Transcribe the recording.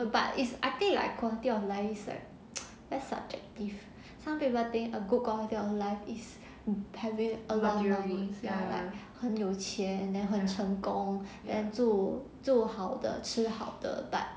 but it's I think like quality of life is like very subjective some people think a good quality life is having a lot of things ya like 很有钱 then 很成功 then 住住好的吃好的 but